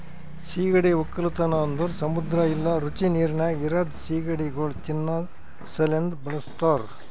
ಸೀಗಡಿ ಒಕ್ಕಲತನ ಅಂದುರ್ ಸಮುದ್ರ ಇಲ್ಲಾ ರುಚಿ ನೀರಿನಾಗ್ ಇರದ್ ಸೀಗಡಿಗೊಳ್ ತಿನ್ನಾ ಸಲೆಂದ್ ಬಳಸ್ತಾರ್